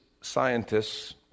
scientists